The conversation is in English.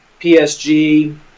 PSG